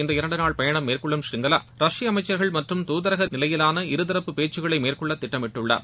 இந்த இரண்டு நாள் பயணம் மேற்கொள்ளும் ஸ்ரீங்லா ரஷ்ய அமைச்சர்கள் மற்றும் தூதரக நிலையிலான இருதரப்பு பேச்சுக்களை மேற்கொள்ள திட்டமிட்டுள்ளார்